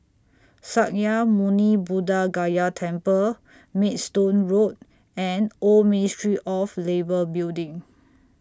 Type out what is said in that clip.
Sakya Muni Buddha Gaya Temple Maidstone Road and Old Ministry of Labour Building